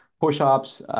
push-ups